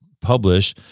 publish